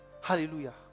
hallelujah